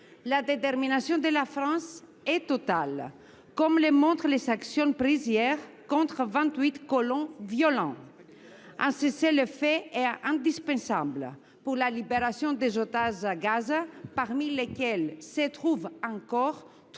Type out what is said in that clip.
La détermination de la France est totale, comme le montrent les actions prises hier contre vingt huit colons violents. Un cessez le feu est indispensable pour la libération des otages à Gaza, parmi lesquels se trouvent encore trois